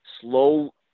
slow